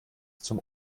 zum